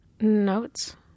Notes